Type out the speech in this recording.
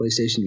PlayStation